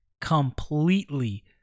completely